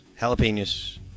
jalapenos